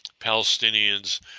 Palestinians